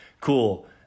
cool